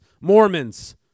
Mormons